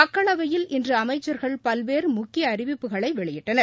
மக்களவையில் இன்று அமைச்சர்கள் பல்வேறு முக்கிய அறிவிப்புகளை வெளியிட்டனர்